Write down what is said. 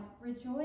rejoice